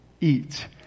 eat